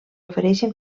ofereixen